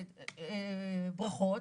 ברכות.